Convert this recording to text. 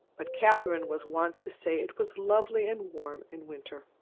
but catherine was wont to say it was lovely and warm in winter.